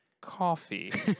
coffee